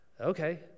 Okay